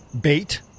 bait